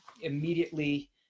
immediately